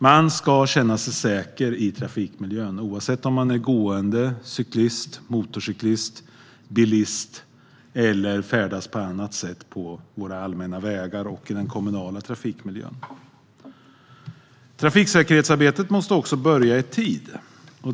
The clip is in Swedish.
Man ska känna sig säker i trafikmiljön oavsett om man är gående, cyklist, motorcyklist eller bilist eller färdas på annat sätt på våra vägar och i den kommunala trafikmiljön. Trafiksäkerhetsarbetet måste också börja i tid.